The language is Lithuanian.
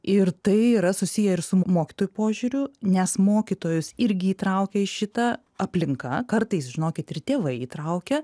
ir tai yra susiję ir su mokytojų požiūriu nes mokytojus irgi įtraukia į šitą aplinka kartais žinokit ir tėvai įtraukia